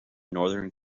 northern